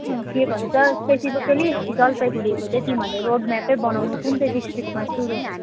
के भन्छ स्पेसिफिकली जलपाइगुडीको चाहिँ तिमीहरूले रोडम्यापै बनाउनु कुन चाहिँ डिस्ट्रिक्टमा सुरु हुन्छ